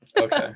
okay